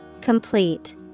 Complete